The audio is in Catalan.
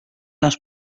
les